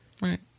Right